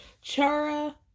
Chara